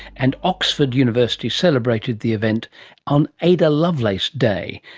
and oxford university celebrated the event on ada lovelace day,